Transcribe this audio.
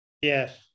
Yes